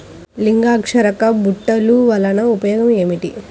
లింగాకర్షక బుట్టలు వలన ఉపయోగం ఏమిటి?